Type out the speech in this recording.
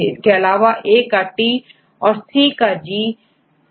इसके अलावाA का T से औरG काC सेPAIRING देखी